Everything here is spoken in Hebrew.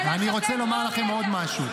על השופט דרור אתה --- אני רוצה לומר לכם עוד משהו.